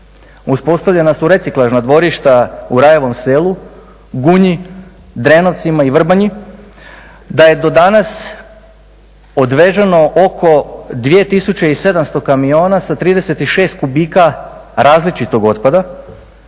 Uspostavljena su reciklažna dvorišta u Rajevom Selu, Gunji, Drenovcima i Vrbanji, da je do danas odvezeno oko 2700 kamiona sa 36 kubika različitog otpada